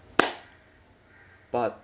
part